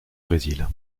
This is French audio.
brésil